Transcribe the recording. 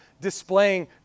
displaying